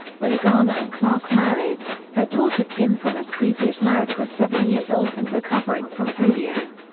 when garner and clarke married, her daughter kim from a previous marriage was seven years old and recovering from polio.